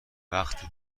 وقتی